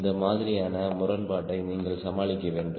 இந்த மாதிரியான முரண்பாட்டை நீங்கள் சமாளிக்க வேண்டும்